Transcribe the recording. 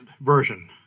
version